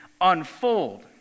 unfold